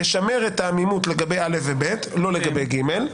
לשמר את העמימות לגבי א' ו-ב' ולא לגבי ג'.